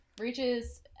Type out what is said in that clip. reaches